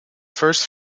first